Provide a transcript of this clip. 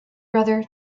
brother